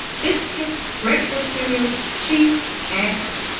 biscuits, breakfast cereals, cheese, eggs,